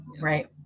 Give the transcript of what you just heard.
right